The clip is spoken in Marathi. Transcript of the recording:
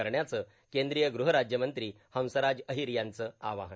करण्याचं केंद्रीय ग़हराज्यमंत्री हंसराज अहिर यांचं आवाहन